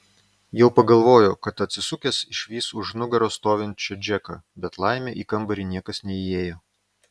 jau pagalvojo kad atsisukęs išvys už nugaros stovinčią džeką bet laimė į kambarį niekas neįėjo